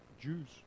Jews